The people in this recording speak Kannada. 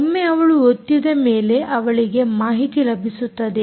ಒಮ್ಮೆ ಅವಳು ಒತ್ತಿದ ಮೇಲೆ ಅವಳಿಗೆ ಮಾಹಿತಿ ಲಭಿಸುತ್ತದೆ